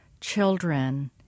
children